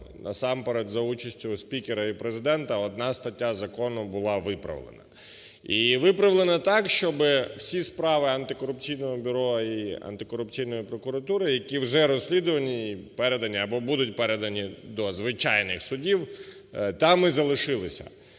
насамперед за участю спікера і Президента, одна стаття закону була виправлена. І виправлена так, щоб всі справи Антикорупційного бюро і Антикорупційної прокуратури, які вже розслідуванні і передані або будуть передані до звичайних судів, там і залишилися.